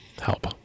Help